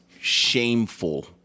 shameful